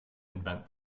invent